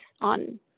on